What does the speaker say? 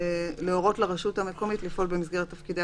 ייכתב "להורות לרשות המקומית לפעול במסגרת תפקידיה